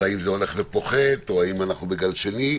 האם זה הולך ופוחת או האם אנחנו בגל שני,